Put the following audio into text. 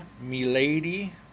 milady